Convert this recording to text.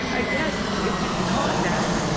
i guess if you can call it that.